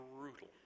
brutal